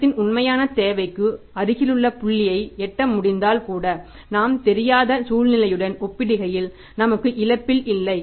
பணத்தின் உண்மையான தேவைக்கு அருகிலுள்ள புள்ளியை எட்ட முடிந்தால் கூட நாம் தெரியாத சூழ்நிலையுடன் ஒப்பிடுகையில் நமக்குத் இழப்பில் இல்லை